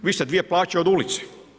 Vi ste dvije plaće od ulice.